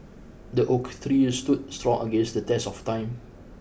the oak tree stood strong against the test of time